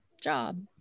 job